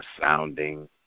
sounding